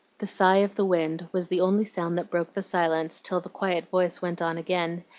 the sigh of the wind was the only sound that broke the silence till the quiet voice went on again,